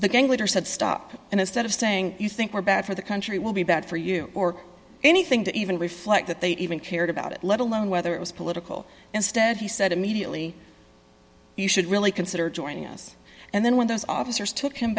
the gang leader said stop and instead of saying you think we're bad for the country will be bad for you or anything to even reflect that they even cared about it let alone whether it was political instead he said immediately you should really consider joining us and then when those officers took him